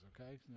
okay